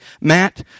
Matt